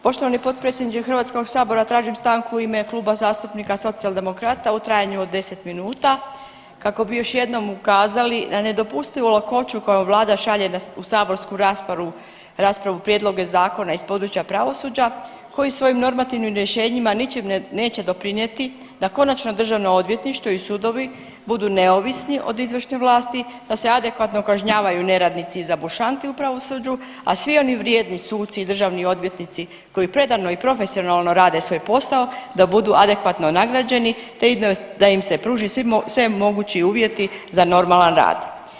Poštovani potpredsjedniče Hrvatskog sabora tražim stanku u ime Kluba zastupnika Socijaldemokrata u trajanju od 10 minuta kako bi još jednom ukazali na nedopustivu lakoću kojom vlada šalje u saborsku raspravu, raspravu prijedloge zakona iz područja pravosuđa koji svojim normativnim rješenjima ničim neće doprinijeti da konačno državno odvjetništvo i sudovi budu neovisni od izvršne vlasti, da se adekvatno kažnjavaju neradnici i zabušanti u pravosuđu, a svi oni vrijedni suci i državni odvjetnici koji predano i profesionalno rade svoj posao da budu adekvatno nagrađeni te da im se pruži sve mogući uvjeti za normalan rad.